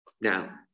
Now